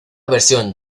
versión